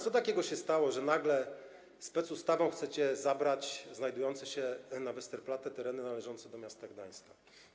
Co takiego się stało, że nagle specustawą chcecie zabrać znajdujące się na Westerplatte tereny należące do miasta Gdańska?